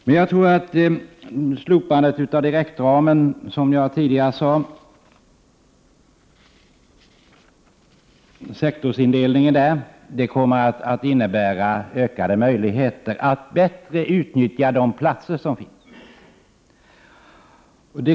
Som jag tidigare sade tror jag att slopandet av sektorsindelningen inom direktramen kommer att innebära en förbättring av möjligheterna att utnyttja de platser som finns.